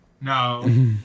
No